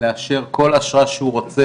לאשר כל אשרה שהוא רוצה,